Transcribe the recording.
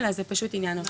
אלא זה פשוט עניין נוסחי.